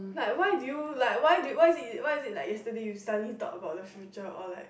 like why did you like why did you why is it why is it like yesterday you suddenly talk about the future or like